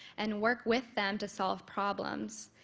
and work with them to solve problems,